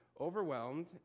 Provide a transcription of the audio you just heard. overwhelmed